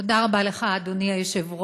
תודה רבה לך, אדוני היושב-ראש.